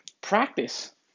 practice